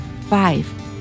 Five